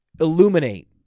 illuminate